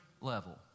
level